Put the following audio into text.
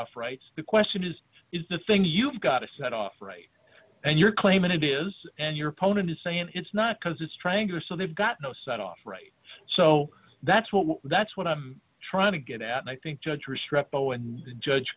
off rights the question is is the thing you've got a set off right and you're claiming it is and your opponent is saying it's not because the strangler so they've got no set off right so that's what that's what i'm trying to get at my think judge